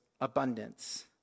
abundance